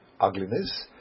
Ugliness